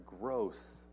gross